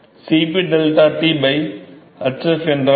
CpΔT hf என்றால் என்ன